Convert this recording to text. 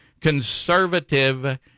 conservative